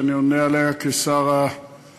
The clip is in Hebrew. שאני עונה עליה כשר הבינוי.